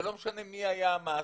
ולא משנה מי היה המעסיק,